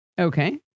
Okay